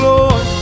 Lord